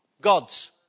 God's